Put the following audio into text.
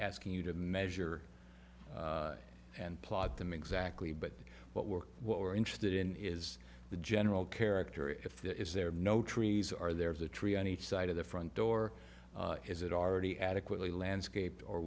asking you to measure and plot them exactly but what we're what we're interested in is the general character if there is there are no trees are there of the tree on each side of the front door is it already adequately landscaped or